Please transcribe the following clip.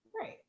right